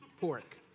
pork